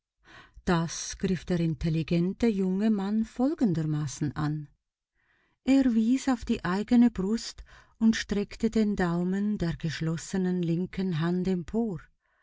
das griff der intelligente junge mann folgendermaßen an er wies auf die eigene brust und streckte den daumen der geschlossenen linken hand empor